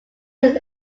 his